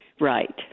Right